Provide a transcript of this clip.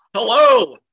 Hello